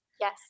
Yes